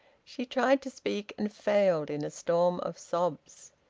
she tried to speak, and failed, in a storm of sobs.